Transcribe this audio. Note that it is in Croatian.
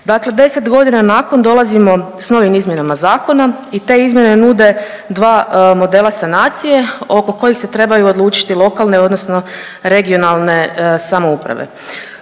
Dakle, 10 godina nakon dolazimo s novim izmjenama zakona i te izmjene nude dva modela sanacije oko kojih se trebaju odlučiti lokalne odnosno regionalne samouprave.